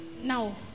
Now